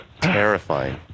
Terrifying